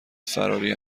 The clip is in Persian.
فراری